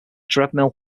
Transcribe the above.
treadmill